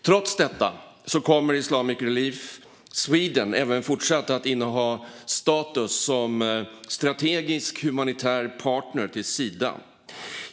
Trots detta kommer Islamic Relief Sweden även fortsatt att inneha status som strategisk humanitär partner till Sida.